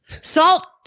Salt